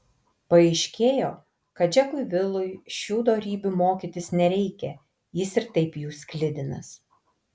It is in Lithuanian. paaiškėjo kad džekui vilui šių dorybių mokytis nereikia jis ir taip jų sklidinas